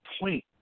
point